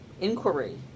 inquiry